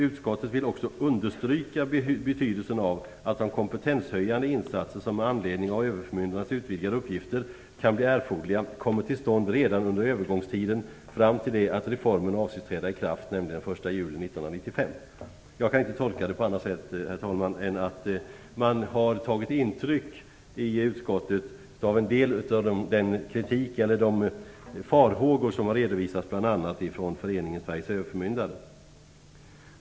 Utskottet vill också understryka betydelsen av att de kompetenshöjande insatser som, med anledning av överförmyndarnas utvidgade uppgifter, kan bli erforderliga kommer till stånd redan under övergångstiden fram till det att reformen avses träda i kraft, nämligen den 1 juli Herr talman! Jag kan inte tolka detta på annat sätt än att utskottet har tagit intryck av en del av den kritik eller de farhågor som har redovisats bl.a. från Föreningen Sveriges Överförmyndare.